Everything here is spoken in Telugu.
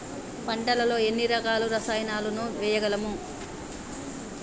పంటలలో ఎన్ని రకాల రసాయనాలను వేయగలము?